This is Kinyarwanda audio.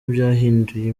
byahinduye